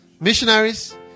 missionaries